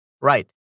Right